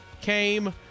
came